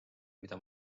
mida